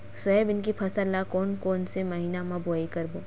Soybean के फसल ल कोन कौन से महीना म बोआई करबो?